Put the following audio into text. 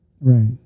Right